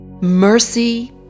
Mercy